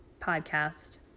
podcast